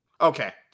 Okay